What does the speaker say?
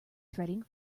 threading